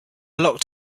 locked